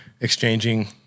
exchanging